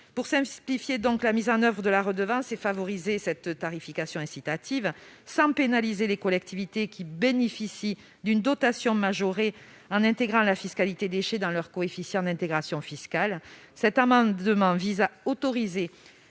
Pour simplifier la mise en oeuvre de la redevance et favoriser cette tarification incitative sans pénaliser les collectivités qui bénéficient d'une dotation majorée en intégrant la fiscalité déchets dans leur coefficient d'intégration fiscale, cet amendement vise à autoriser